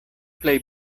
plej